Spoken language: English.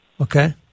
Okay